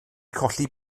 colli